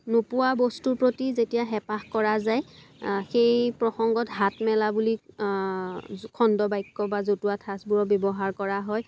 নোপোৱা বস্তুৰ প্ৰতি যেতিয়া হেপাঁহ কৰা যায় সেই প্ৰসংগত হাত মেলা বুলি খণ্ড বাক্য বা জতুৱা ঠাঁচবোৰৰ ব্যৱহাৰ কৰা হয়